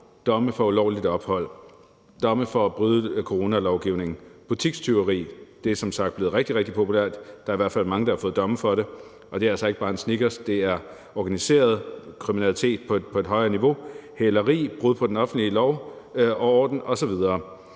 domme for ulovligt ophold, domme for at bryde coronalovgivningen, butikstyveri – det er som sagt blevet rigtig, rigtig populært, der er i hvert fald mange, der har fået domme for det, og det er altså ikke bare en Snickers, det er organiseret kriminalitet på et højere niveau – hæleri, brud på den offentlige orden osv.